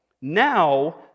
now